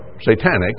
Satanic